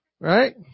right